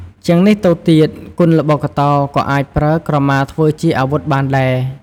ជាងនេះទៅទៀត គុនល្បុក្កតោក៏អាចប្រើក្រមាធ្វើជាអាវុធបានដែរ ។